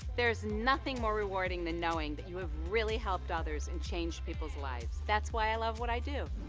there is nothing more rewarding than knowing but you have really helped others and changed people's lives. that's why i love what i do.